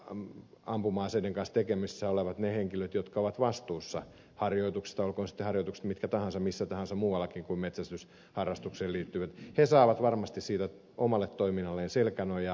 ne ampuma aseiden kanssa tekemisissä olevat henkilöt jotka ovat vastuussa harjoituksista olkoot sitten harjoitukset mitkä tahansa mitkä tahansa muutkin kuin metsästysharrastukseen liittyvät saavat varmasti siitä omalle toiminnalleen selkänojaa